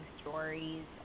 stories